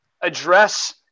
address